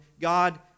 God